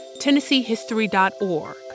TennesseeHistory.org